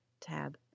tab